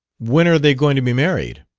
when are they going to be married?